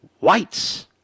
whites